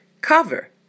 cover